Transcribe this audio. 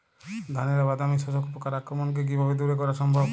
ধানের বাদামি শোষক পোকার আক্রমণকে কিভাবে দূরে করা সম্ভব?